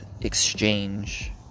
exchange